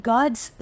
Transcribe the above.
God's